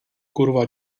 kurva